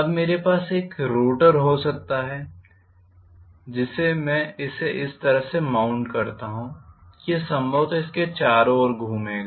अब मेरे पास एक रोटर हो सकता है जिसे मैं इसे इस तरह से माउंट करता हूं कि यह संभवतः इसके चारों ओर घूमेगा